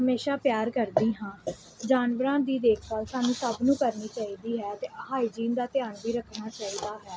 ਹਮੇਸ਼ਾਂ ਪਿਆਰ ਕਰਦੀ ਹਾਂ ਜਾਨਵਰਾਂ ਦੀ ਦੇਖਭਾਲ ਸਾਨੂੰ ਸਭ ਨੂੰ ਕਰਨੀ ਚਾਹੀਦੀ ਹੈ ਅਤੇ ਹਾਈਜੀਨ ਦਾ ਧਿਆਨ ਵੀ ਰੱਖਣਾ ਚਾਹੀਦਾ ਹੈ